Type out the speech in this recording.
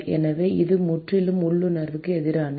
எனவே இது முற்றிலும் உள்ளுணர்வுக்கு எதிரானது